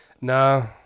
No